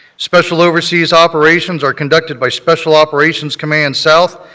special overseas operations are conducted by special operations command south,